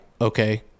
okay